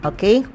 Okay